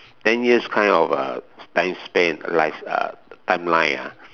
ten years kind of uh time span life uh timeline ah